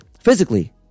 physically